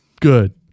good